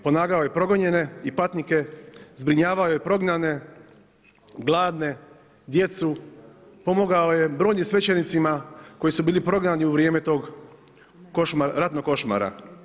Pomagao je progonjene i patnike, zbrinjavao je prognane, gladne, djecu, pomogao je brojnim svećenicima koji su bili prognani u vrijeme tog ratnog košmara.